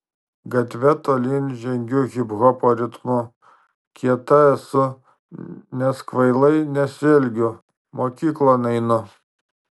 gatve tolyn žengiu hiphopo ritmu kieta esu nes kvailai nesielgiu mokyklon einu